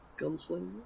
Gunslinger